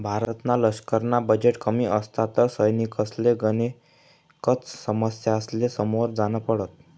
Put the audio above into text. भारतना लशकरना बजेट कमी असता तर सैनिकसले गनेकच समस्यासले समोर जान पडत